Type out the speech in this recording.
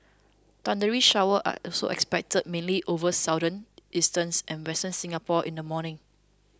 thundery showers are also expected mainly over southern eastern and western Singapore in the morning